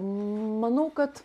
manau kad